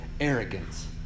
arrogance